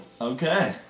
Okay